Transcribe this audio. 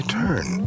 turn